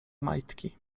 majtki